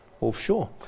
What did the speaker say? offshore